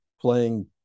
playing